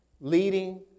leading